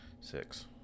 six